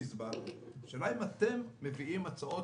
השאלה היא האם אתם מביאים הצעות